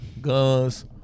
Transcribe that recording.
guns